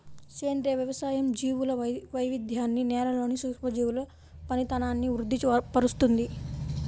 సేంద్రియ వ్యవసాయం జీవుల వైవిధ్యాన్ని, నేలలోని సూక్ష్మజీవుల పనితనాన్ని వృద్ది పరుస్తుంది